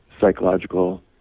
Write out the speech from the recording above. psychological